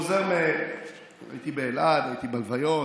הייתי באלעד, הייתי בהלוויות,